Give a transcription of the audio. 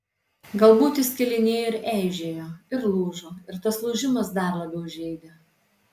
galbūt jis skilinėjo ir eižėjo ir lūžo ir tas lūžimas dar labiau žeidė